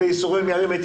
מי נמנע?